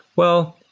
well,